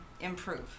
improve